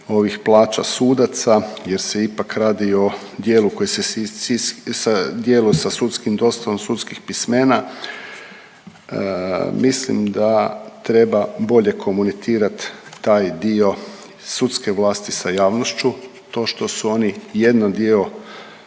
ovih plaća sudaca jer se ipak radi o dijelu koji se, dijelu sa dostavom sudskih pismena. Mislim da treba bolje komunicirati taj dio sudske vlasti sa javnošću. To što su oni jedan dio